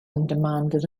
demanded